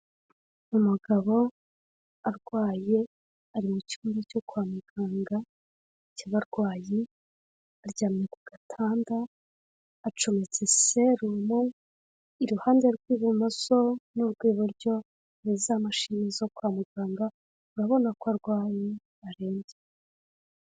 Umugabo arwaye ari mu cyumba cyo kwa muganga cy'abarwayi aryamye ku gatanda acometse serumu, iruhande rw'ibumoso n'urw'iburyo na za mashini zo kwa muganga, urabona ko arwaye arembye.